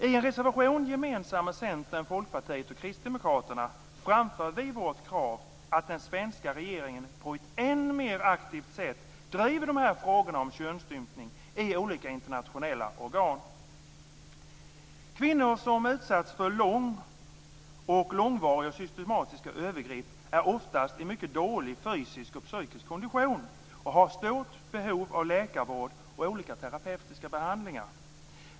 I en reservation, gemensam med Centern, Folkpartiet och Kristdemokraterna, framför vi vårt krav att den svenska regeringen på ett än mer aktivt sätt skall driva frågorna om könsstympning i olika internationella organ. Kvinnor som utsatts för långvariga och systematiska övergrepp är oftast i mycket dålig fysisk och psykisk kondition och har stort behov av läkarvård och olika terapeutiska behandlingar.